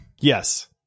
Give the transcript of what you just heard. Yes